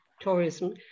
tourism